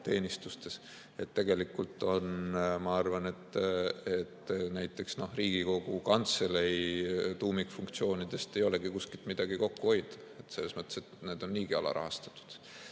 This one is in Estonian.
teenistustes. Tegelikult ma arvan, et Riigikogu Kantselei tuumikfunktsioonides ei ole kuskilt midagi kokku hoida, selles mõttes, et need on niigi alarahastatud.